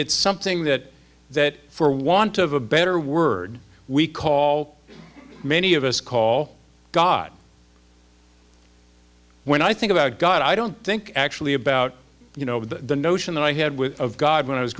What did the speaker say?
it's something that that for want of a better word we call many of us call god when i think about god i don't think actually about you know the notion that i had with god when i was